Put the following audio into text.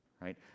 right